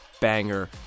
banger